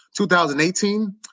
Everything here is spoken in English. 2018